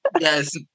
Yes